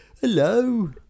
Hello